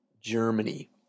Germany